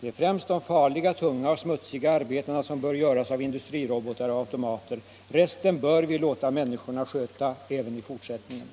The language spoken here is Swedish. Det är främst de farliga, tunga och smutsiga arbetena som bör göras av industrirobotar och automater. Resten bör vi låta människorna sköta även i fortsättningen.